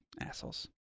Assholes